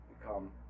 become